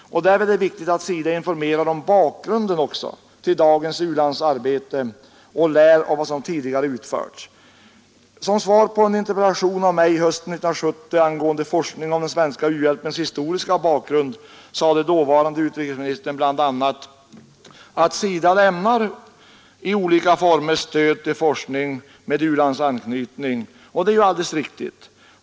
Därvid är det viktigt att SIDA också informerar om bakgrunden till dagens u-landsarbete och lär av vad som tidigare utförts. Som svar på en interpellation som jag framställde hösten 1970 angående forskning om den svenska u-hjälpens historiska bakgrund sade dåvarande utrikesministern bl.a.: ”SIDA lämnar i olika former stöd till forskning med u-landsanknytning”, och det är alldeles riktigt.